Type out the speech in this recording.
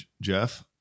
Jeff